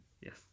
Yes